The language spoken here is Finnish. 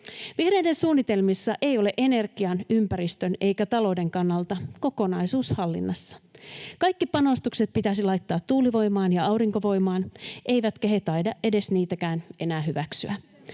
Vihreiden suunnitelmissa ei ole energian, ympäristön eikä talouden kannalta kokonaisuuden hallinta. Kaikki panostukset pitäisi laittaa tuulivoimaan ja aurinkovoimaan, eivätkä he taida edes niitä enää hyväksyä.